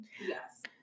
yes